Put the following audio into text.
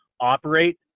operate